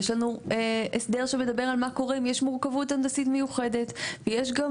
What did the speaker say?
יש לנו הסדר שמדבר על מה קורה אם יש מורכבות הנדסית מיוחדת ויש גם